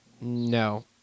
No